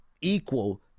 equal